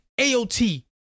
AOT